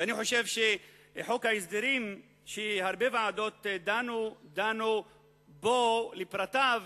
ואני חושב שחוק ההסדרים שהרבה ועדות דנו בו לפרטיו,